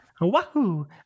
Wahoo